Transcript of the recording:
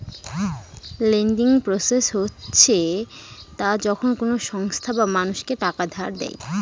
lending process হচ্ছে তা যখন কোনো সংস্থা বা মানুষ কাউকে টাকা ধার দেয়